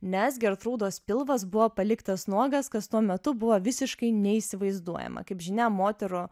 nes gertrūdos pilvas buvo paliktas nuogas kas tuo metu buvo visiškai neįsivaizduojama kaip žinia moterų